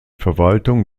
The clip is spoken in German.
verwaltung